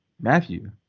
matthew